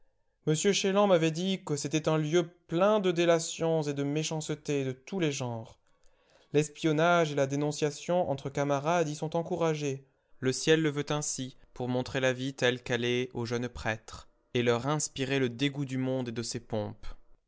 m chélan m'avait dit que c'était un lieu plein de délations et de méchancetés de tous les genres l'espionnage et la dénonciation entre camarades y sont encouragés le ciel le veut ainsi pour montrer la vie telle qu'elle est aux jeunes prêtres et leur inspirer le dégoût du monde et de ses pompes